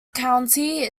county